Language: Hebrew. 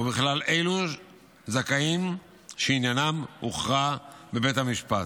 ובכלל אלו זכאים שעניינם הוכרע בבית המשפט.